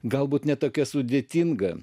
galbūt ne tokia sudėtinga